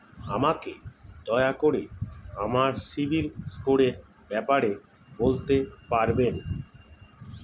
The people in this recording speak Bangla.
আমাকে দয়া করে আমার সিবিল স্কোরের ব্যাপারে বলতে পারবেন?